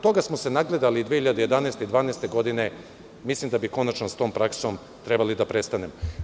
Toga smo se nagledali 2011, 2012. godine, mislim da bi konačno s tom praksom trebali da prestanemo.